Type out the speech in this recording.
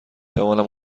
توانم